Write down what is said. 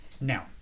Now